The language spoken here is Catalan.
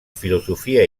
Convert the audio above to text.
filosofia